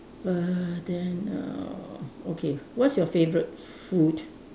uh then err okay what's your favourite food